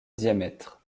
diamètre